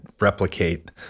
replicate